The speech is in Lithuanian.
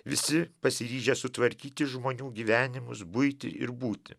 visi pasiryžę sutvarkyti žmonių gyvenimus buitį ir būtį